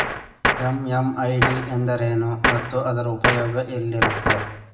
MMID ಎಂದರೇನು ಮತ್ತು ಅದರ ಉಪಯೋಗ ಎಲ್ಲಿರುತ್ತೆ?